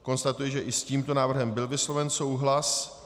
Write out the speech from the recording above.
Konstatuji, že i s tímto návrhem byl vysloven souhlas.